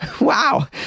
Wow